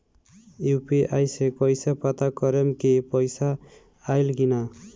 UPI से कईसे पता करेम की पैसा आइल की ना?